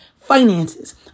finances